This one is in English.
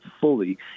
fully